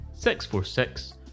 646